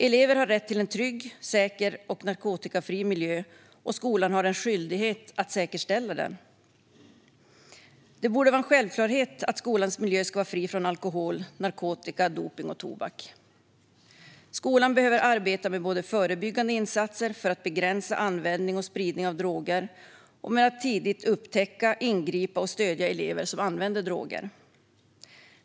Elever har rätt till en trygg, säker och narkotikafri miljö, och skolan har en skyldighet att säkerställa den. Det borde vara en självklarhet att skolans miljö ska vara fri från alkohol, narkotika, dopning och tobak. Skolan behöver arbeta både med förebyggande insatser för att begränsa användning och spridning av droger och med att tidigt upptäcka, ingripa mot och stödja elever som använder droger.